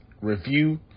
review